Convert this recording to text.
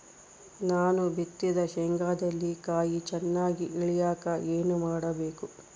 ನಾನು ಬಿತ್ತಿದ ಶೇಂಗಾದಲ್ಲಿ ಕಾಯಿ ಚನ್ನಾಗಿ ಇಳಿಯಕ ಏನು ಮಾಡಬೇಕು?